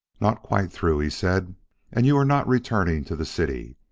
not quite through, he said and you are not returning to the city.